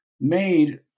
made